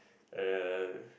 and